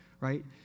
Right